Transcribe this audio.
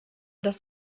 das